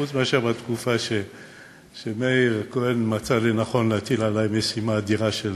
חוץ מאשר בתקופה שמאיר כהן מצא לנכון להטיל עלי משימה אדירה של